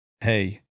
Hey